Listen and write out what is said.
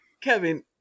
Kevin